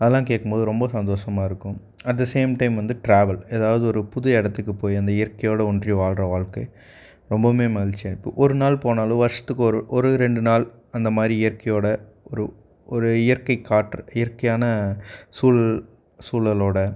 அதெல்லாம் கேட்கும்போது ரொம்ப சந்தோஷமா இருக்கும் அட் த சேம் டைம் வந்து டிராவல் ஏதாவது ஒரு புது இடத்துக்கு போய் அந்த இயற்கையோடு ஒன்றி வாழ்கிற வாழ்க்கை ரொம்பவுமே மகிழ்ச்சியாக இருக்கும் ஒரு நாள் போனாலும் வருஷத்துக்கு ஒரு ஒரு ரெண்டு நாள் அந்தமாதிரி இயற்கையோடு ஒரு ஒரு இயற்கை காற்று இயற்கையான சூழல் சூழலோடு